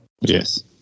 Yes